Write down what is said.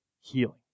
healing